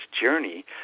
journey